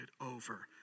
over